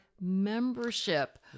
membership